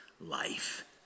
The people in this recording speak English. life